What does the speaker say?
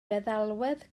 feddalwedd